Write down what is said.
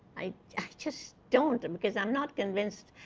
i just don't. and because i'm not convinced.